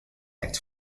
detect